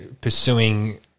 pursuing